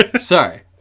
Sorry